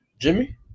Jimmy